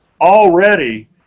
already